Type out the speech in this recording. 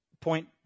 point